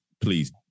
please